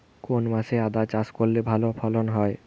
কোন মাসে আদা চাষ করলে ভালো ফলন হয়?